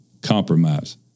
Compromise